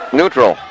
neutral